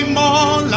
more